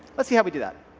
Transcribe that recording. let's see how we do that.